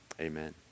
amen